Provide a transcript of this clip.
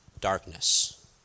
darkness